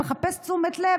מחפש תשומת לב,